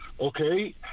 Okay